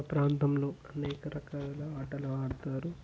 మా ప్రాంతంలో అనేక రకాల ఆటలు ఆడతారు